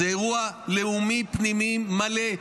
זה אירוע לאומי פנימי מלא,